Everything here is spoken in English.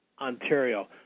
Ontario